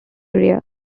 area